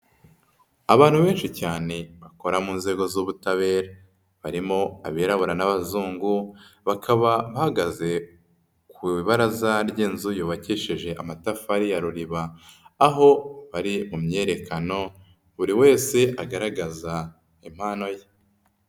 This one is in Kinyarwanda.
Abantu benshi cyane bakora mu nzego z'ubutabera, barimo abirabura n'abazungu bakaba bahagaze ku ibaraza ry'inzu yubakishije amatafari ya ruriba, aho bari mu myerekano buri wese agaragaza impano ye.